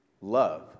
love